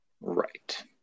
Right